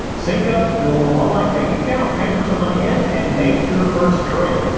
sync up your online bank account, transfer some money in, and make your first trade.